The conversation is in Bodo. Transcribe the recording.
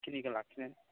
इखिनिखो लाखिनो